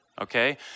okay